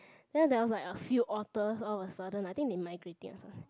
then there was like a few otters all of a sudden I think they migrating also